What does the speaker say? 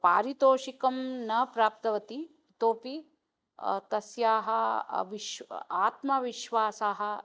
पारितोषिकं न प्राप्तवती इतोऽपि तस्याः विश्व् आत्मविश्वासः